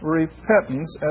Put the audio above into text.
repentance